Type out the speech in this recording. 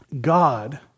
God